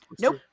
Nope